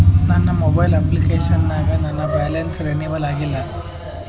ನನ್ನ mobile application ನಾಗ ನನ್ ಬ್ಯಾಲೆನ್ಸ್ ರೀನೇವಲ್ ಆಗಿಲ್ಲ